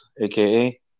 AKA